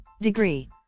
degree